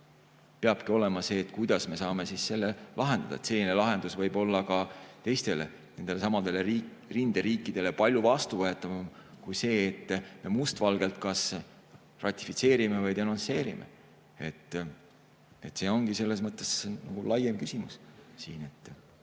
peabki olema see, kuidas me saame siis selle lahendada. Selline lahendus võib olla ka teistele rinderiikidele palju vastuvõetavam kui see, et me mustvalgelt kas ratifitseerime või denonsseerime. See ongi selles mõttes laiem küsimus.